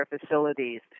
facilities